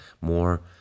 more